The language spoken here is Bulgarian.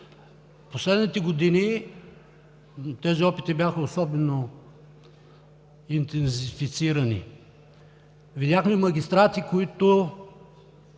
последните години тези опити бяха особено интензифицирани. Видяхме магистрати, които